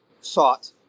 sought